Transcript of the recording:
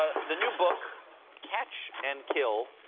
ah the new book catch and kill,